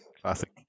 classic